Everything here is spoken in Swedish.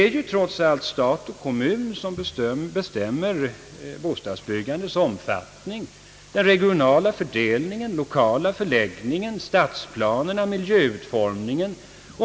Det är trots allt stat och kommun som bestämmer bostadsbyggandets omfattning, den regionala fördelningen och den lokala förläggningen, stadsplanerna och miljöutformningen.